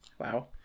Wow